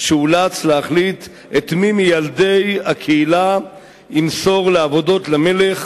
שאולץ להחליט את מי מילדי הקהילה ימסור לעבודות למלך